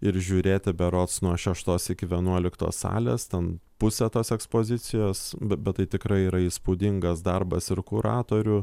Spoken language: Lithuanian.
ir žiūrėti berods nuo šeštos iki vienuoliktos salės ten pusę tos ekspozicijos be bet tai tikrai yra įspūdingas darbas ir kuratorių